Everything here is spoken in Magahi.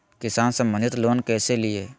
किसान संबंधित लोन कैसै लिये?